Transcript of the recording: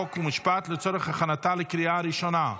חוק ומשפט לצורך הכנתה לקריאה ראשונה,